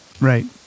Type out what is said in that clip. Right